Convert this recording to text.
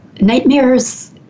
Nightmares